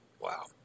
Wow